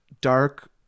dark